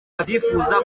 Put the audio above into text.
babyifuza